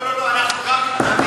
לא לא לא לא, גם אנחנו מתנגדים.